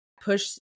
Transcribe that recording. push